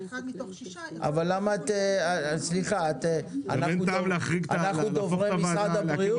אחד מתוך שישה יכול --- אנחנו דוברים משרד הבריאות?